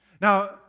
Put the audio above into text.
Now